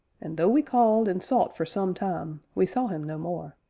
and though we called and sought for some time, we saw him no more.